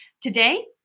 Today